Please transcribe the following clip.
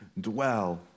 dwell